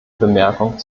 bemerkung